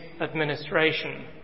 administration